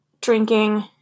drinking